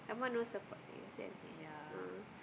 some more no support seh kesian seh ah